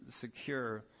secure